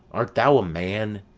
art thou a man?